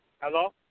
Hello